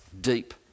deep